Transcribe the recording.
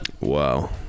Wow